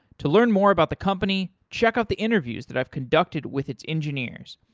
to learn more about the company, check out the interviews that i've conducted with its engineers.